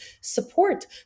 support